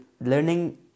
learning